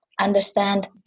understand